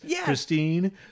Christine